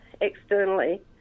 externally